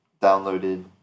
downloaded